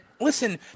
Listen